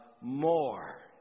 more